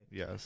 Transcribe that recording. Yes